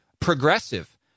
progressive